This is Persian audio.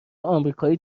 امریکایی